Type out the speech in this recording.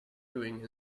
doing